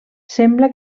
sembla